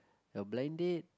your blind date